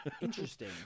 Interesting